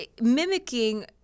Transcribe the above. mimicking